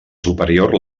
superior